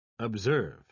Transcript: Observe